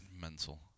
Mental